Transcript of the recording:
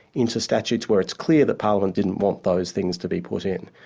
into statues where it's clear that parliament didn't want those things to be put in.